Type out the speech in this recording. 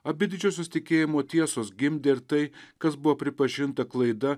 abi didžiosios tikėjimo tiesos gimdė ir tai kas buvo pripažinta klaida